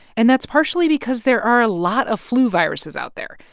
and that's partially because there are a lot of flu viruses out there.